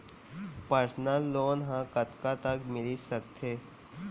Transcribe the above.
Personal loan ह कतका तक मिलिस सकथे?